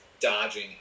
Dodging